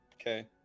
Okay